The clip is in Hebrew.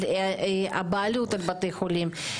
אבל הבעלות על בתי החולים,